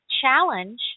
challenge